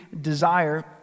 desire